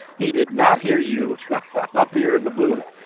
he did not hear you up here in the booth.